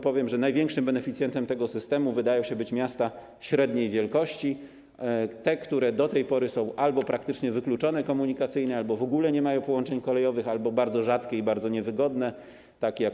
Powiem, że największym beneficjentem tego systemu wydają się być miasta średniej wielkości, te, które do tej pory są praktycznie wykluczone komunikacyjnie, w ogóle nie mają połączeń kolejowych albo mają bardzo rzadkie i bardzo niewygodne połączenia.